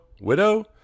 widow